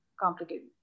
complicated